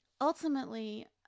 ultimately